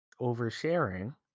oversharing